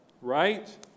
right